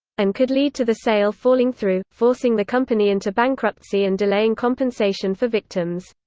and could lead to the sale falling through, forcing the company into bankruptcy and delaying compensation for victims.